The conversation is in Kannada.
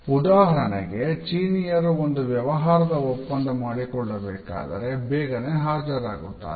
ಉದಾಹರಣೆಗೆ ಚೀನಿಯರು ಒಂದು ವ್ಯವಹಾರದ ಒಪ್ಪಂದ ಮಾಡಿಕೊಳ್ಳಬೇಕೆಂದರೆ ಬೇಗನೆ ಹಾಜರಾಗುತ್ತಾರೆ